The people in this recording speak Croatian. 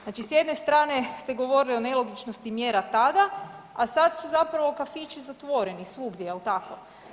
Znači s jedne strane ste govorili o nelogičnosti mjera tada, a sad su zapravo kafići zatvoreni svugdje, jel tako.